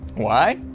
why?